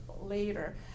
later